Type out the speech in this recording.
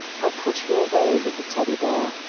i'll put you away, little teddy bear,